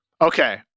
Okay